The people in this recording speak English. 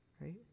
Right